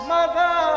Mother